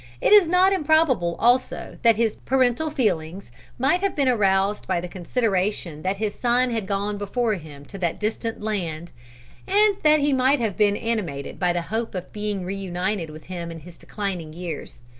it is not improbable also that his parental feelings might have been aroused by the consideration that his son had gone before him to that distant land and that he might have been animated by the hope of being reunited with him in his declining years.